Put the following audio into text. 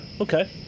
Okay